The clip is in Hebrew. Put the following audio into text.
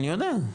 אני יודע,